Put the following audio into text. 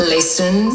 Listen